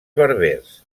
berbers